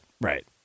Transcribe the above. Right